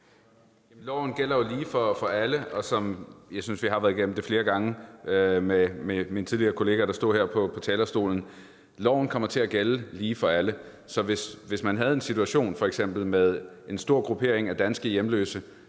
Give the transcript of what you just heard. Loven er jo, som jeg har sagt – og jeg synes, vi har været igennem det flere gange med en tidligere kollega, der stod her på talerstolen – lige for alle, så hvis man f.eks. har en situation med en stor gruppering af danske hjemløse,